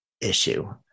issue